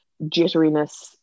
jitteriness